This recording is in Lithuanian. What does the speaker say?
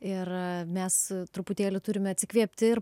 ir mes truputėlį turime atsikvėpti ir